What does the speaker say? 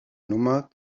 nummer